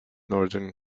northern